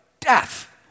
Death